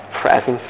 presence